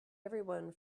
everyone